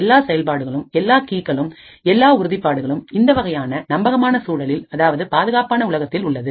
எல்லா செயல்பாடுகளும் எல்லா கீகளும் எல்லா உறுதிபாடுகளும் இந்த வகையான நம்பகமான சூழலில் அதாவது பாதுகாப்பான உலகத்தில் உள்ளது